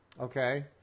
Okay